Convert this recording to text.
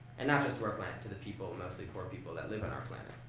and not just to our planet, to the people, mostly poor people that live on our planet.